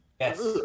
Yes